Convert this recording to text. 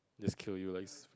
just kill you like